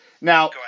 Now